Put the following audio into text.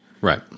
right